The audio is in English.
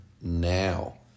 now